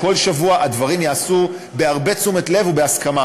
כל שבוע הדברים ייעשו בהרבה תשומת לב ובהסכמה.